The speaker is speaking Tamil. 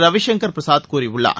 ரவிசங்கர் பிரசாத் கூறியுள்ளார்